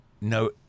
no